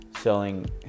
selling